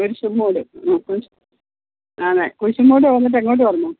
കുരിശുംമൂട് അതെ കുരിശുംമൂട് വന്നിട്ട് എങ്ങോട്ട് വരണം